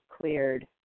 cleared